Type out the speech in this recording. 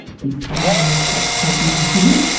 his father has stopped talking to him.